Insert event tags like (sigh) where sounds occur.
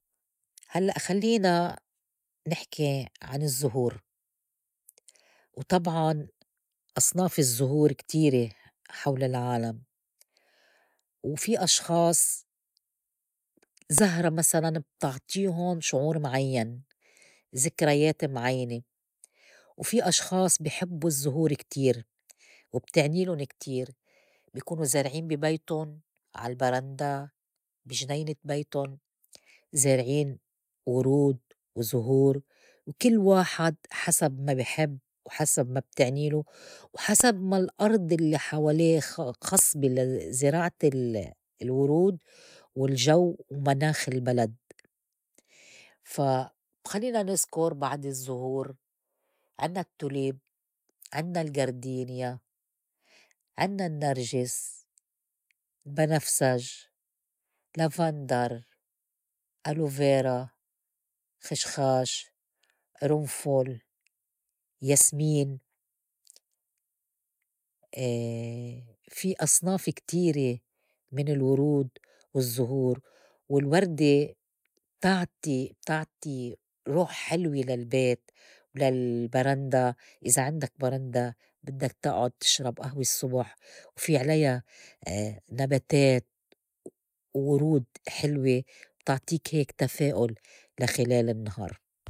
هلّأ خلّينا نحكي عن الزّهور وطبعاً أصناف الزّهور كتيره حول العالم وفي أشخاص زهرة مسلاً بتعطيهُن شعور معيّن، ذكريات معينة، وفي أشخاص بي حبّوا الزهور كتير وبتعنيلُن كتير بي كونوا زارعين بي بيتُن عال برندا بي جنينة بيتُن زارعين ورود وزهور وكل واحد حسب ما بي حب وحسب ما بتعنيلو وحسب ما الأرض الّلي حواليه خ- خصبة لزراعة ال- الورود والجو ومناخ البلد. فا خلّينا نذكُر بعض الزّهور عنّا التّوليب، عنّا الغردينيا، عنّا النّرجس، بنفسج، لافندر، ألوفيرا، خشخاش، أرنفُل، ياسمين (hesitation) في أصناف كتيره من الورود والّزهور والوردة بتعطي- بتعطي روح حلوة للبيت وللبرندا إذا عندك برندا بدّك تعد تِشرب ئهوة الصّبح، وفي عليا (hesitation) نباتات و ورود حلوة بتعطيك هيك تفاؤل لا خِلال النهار.